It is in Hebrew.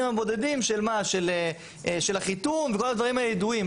הבודדים של החיתום וכל הדברים הידועים,